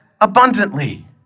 abundantly